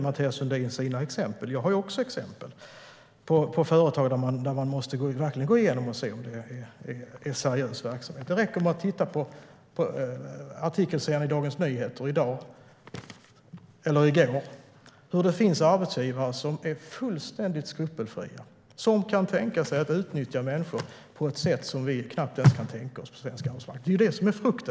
Mathias Sundin har sina exempel, men jag har mina exempel på företag som man måste gå igenom för att se om det är seriös verksamhet. Det räcker att läsa den pågående artikelserien i Dagens Nyheter för att se att det finns arbetsgivare som är fullständigt skrupelfria. De kan tänka sig att utnyttja människor på ett sätt som vi knappt kan föreställa oss på svensk arbetsmarknad.